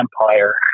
Empire